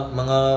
mga